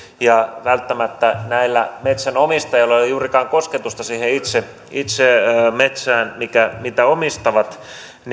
ja välttämättä näillä metsänomistajilla ei ole juurikaan kosketusta siihen itse itse metsään mitä omistavat